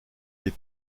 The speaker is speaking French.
des